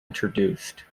introduced